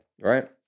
right